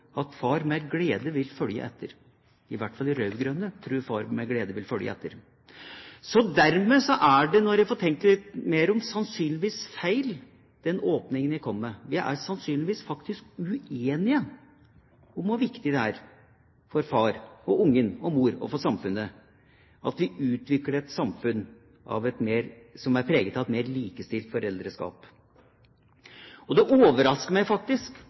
at far med glede vil følge etter – i hver fall vi rød-grønne tror at far med glede vil følge etter. Dermed er det – når jeg får tenkt meg litt mer om – sannsynligvis feil, det jeg åpnet med å si. Vi er sannsynligvis uenige om hvor viktig det er for far, for ungen, for mor og for samfunnet at vi utvikler et samfunn som er preget av et mer likestilt foreldreskap. Det overrasker meg